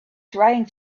trying